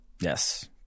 yes